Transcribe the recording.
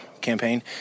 campaign